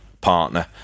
partner